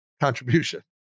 contribution